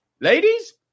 Ladies